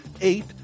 eight